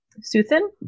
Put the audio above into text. Suthin